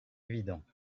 évident